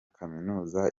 kaminuza